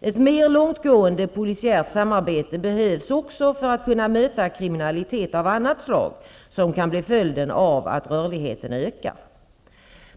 Ett mer långtgående polisiärt samarbete behövs även för att kunna möta kriminalitet av annat slag som kan bli följden av att rörligheten ökar.